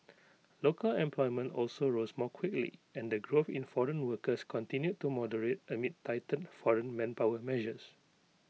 local employment also rose more quickly and the growth in foreign workers continue to moderate amid tightened foreign manpower measures